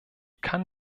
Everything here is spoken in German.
kann